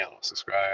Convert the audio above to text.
Subscribe